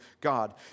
God